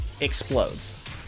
explodes